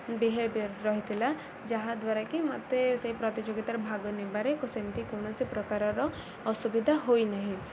behaviour ରହିଥିଲା ଯାହାଦ୍ୱାରା କି ମୋତେ ସେଇ ପ୍ରତିଯୋଗୀତାର ଭାଗ ନେବାରେ ସେମିତି କୌଣସି ପ୍ରକାରର ଅସୁବିଧା ହୋଇନାହିଁ